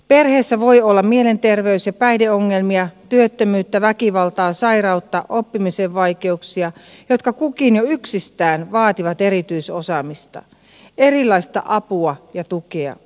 perheessä voi olla mielenterveys ja päihdeongelmia työttömyyttä väkivaltaa sairautta oppimisen vaikeuksia jotka kukin jo yksistään vaativat erityisosaamista erilaista apua ja tukea